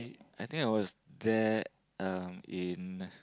I think I was there um in